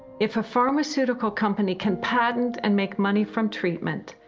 if a pharmaceutical company can patent and make money from treatment,